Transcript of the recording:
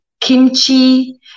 kimchi